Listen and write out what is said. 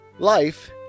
Life